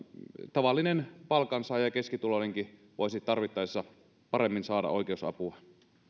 tavallinen palkansaaja keskituloinenkin voisi tarvittaessa paremmin saada oikeusapua